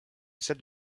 salle